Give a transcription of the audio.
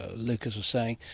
lucas was saying,